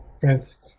Friends